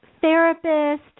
therapist